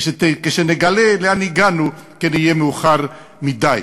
כשנגלה לאן הגענו, יהיה מאוחר מדי.